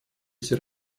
эти